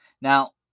Now